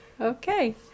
Okay